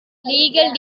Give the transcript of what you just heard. legal